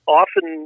often